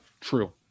True